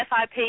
FIP